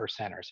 percenters